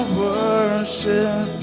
worship